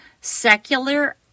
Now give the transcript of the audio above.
secular